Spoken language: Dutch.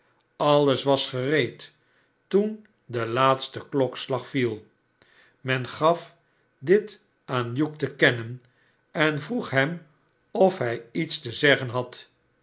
alles was gereed toen de iaatste klokslag viel men gaf dit aan hugh te kennen en vroeg hem of hij iets te zeggen had